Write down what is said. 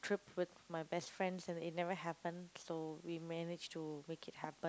trip with my best friends and it never happen so we managed to make it happen